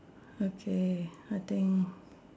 okay I think